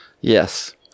Yes